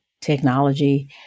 technology